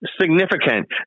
significant